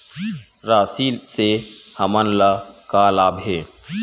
राशि से हमन ला का लाभ हे?